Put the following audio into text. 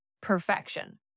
perfection